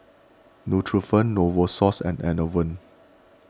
Nutren Novosource and Enervon